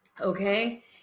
Okay